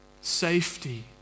safety